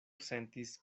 sentis